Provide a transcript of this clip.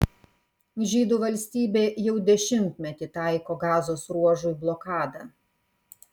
žydų valstybė jau dešimtmetį taiko gazos ruožui blokadą